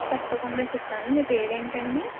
తప్పకుండా చెప్తాను మీ పేరు ఏంటండి